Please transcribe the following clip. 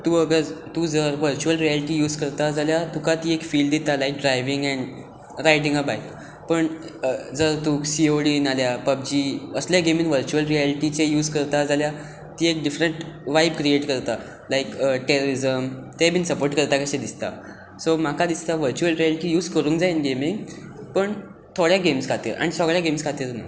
तूं अगर तूं जर वर्च्युअल रियलिटी यूज करता जाल्यार तुका ती एक फील दिता like driving and riding a bike पूण तूं जर सीओडी नाल्या पबजी असल्या गेमींनी वर्च्युअल रियलिटीचें यूज करता जाल्यार ती एक डिफरंट वायब क्रियेट करता लायक टेरेरिजम ते बीन सपोट करता कशे दिसता सो म्हाका दिसता वर्च्यअल रियलिटी यूज करूंक जाय इन गेमीन पूण थोड्या गेम्स खातीर आनी सोगल्या गेम्स खातीर न्हू